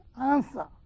answer